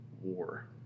war